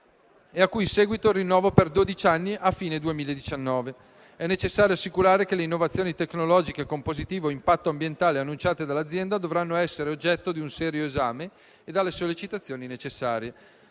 a cui è seguito un rinnovo per dodici anni, a fine 2019. È necessario assicurare che le innovazioni tecnologiche con positivo impatto ambientale annunciate dall'azienda dovranno essere oggetto di un serio esame e delle sollecitazioni necessarie.